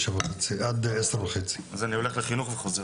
עד 10:30. אז אני הולך לחינוך וחוזר.